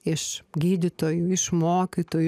iš gydytojų iš mokytojų